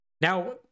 Now